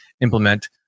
implement